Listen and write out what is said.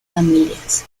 familias